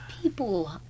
people